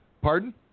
Pardon